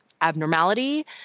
abnormality